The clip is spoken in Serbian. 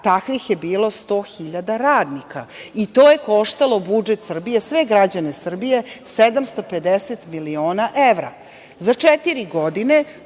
Takvih je bilo 100.000 radnika. To je koštalo budžet Srbije, sve građane Srbije, 750 miliona evra.Za četiri godine,